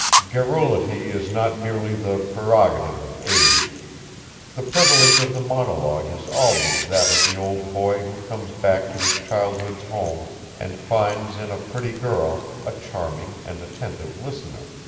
garrulity is not merely the prerogative of age the privilege of the monologue is always that of the old boy who comes back to his childhood's home and finds in a pretty girl a charming and attentive listener.